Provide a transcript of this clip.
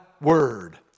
word